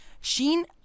Sheen